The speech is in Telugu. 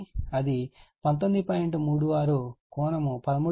430 1200 అవుతుంది